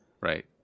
Right